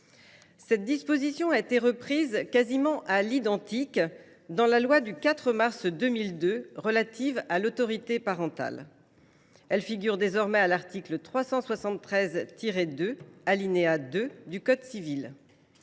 Cette disposition a été reprise quasiment à l’identique dans la loi du 4 mars 2002 relative à l’autorité parentale et figure désormais à l’article 373 2, alinéa 2, du code civil.